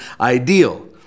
ideal